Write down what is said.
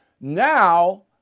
Now